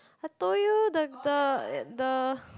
I told you the the the